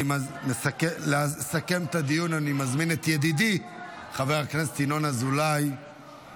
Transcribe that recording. אני מזמין את ידידי חבר הכנסת ינון אזולאי לסכם את הדיון.